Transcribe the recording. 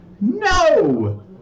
No